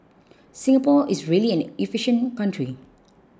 Singapore is really an efficient country